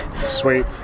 Sweet